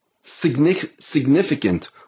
significant